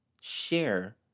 Share